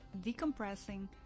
decompressing